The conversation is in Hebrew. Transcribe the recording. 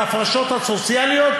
את ההפרשות הסוציאליות,